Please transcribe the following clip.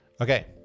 Okay